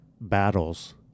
battles –